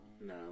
No